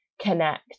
connect